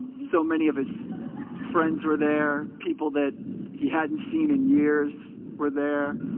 so many of his friends were there people that he hadn't seen in years were there